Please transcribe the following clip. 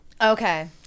Okay